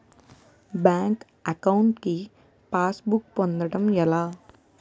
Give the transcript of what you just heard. Bank account కి passbook పొందడం ఎలా?